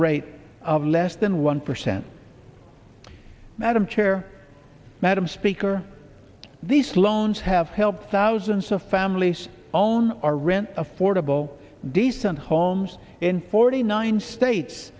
rate of less than one percent madam chair madam speaker these loans have helped thousands of families own our rent affordable decent homes in forty nine states